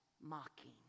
mocking